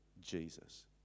Jesus